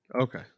Okay